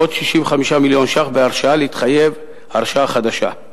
ועוד 65 מיליון שקל בהרשאה להתחייב, הרשאה חדשה.